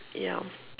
ya